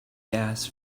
gas